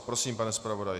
Prosím, pane zpravodaji.